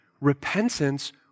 repentance